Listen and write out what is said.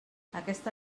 aquesta